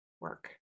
work